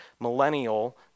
millennial